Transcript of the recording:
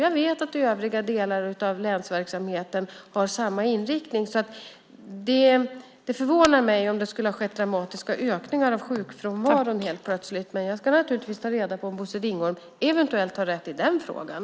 Jag vet att man inom övriga delar av länsverksamheten har samma inriktning. Det förvånar mig om det skulle ha skett dramatiska ökningar av sjukfrånvaron helt plötsligt, men jag ska naturligtvis ta reda på om Bosse Ringholm eventuellt har rätt i den frågan.